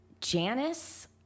Janice